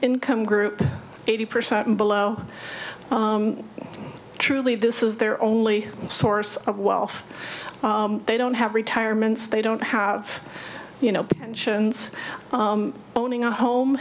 income group eighty percent and below truly this is their only source of wealth they don't have retirements they don't have you know sions owning a home